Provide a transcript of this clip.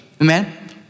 Amen